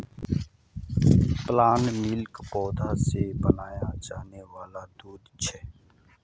plant milk पौधा से बनाया जाने वाला दूध छे